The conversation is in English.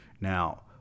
Now